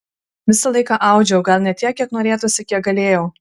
visą laiką audžiau gal ne tiek kiek norėtųsi kiek galėjau